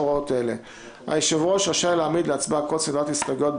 הוראות אלה: (א) היושב-ראש רשאי להעמיד להצבעה כל סדרת הסתייגויות,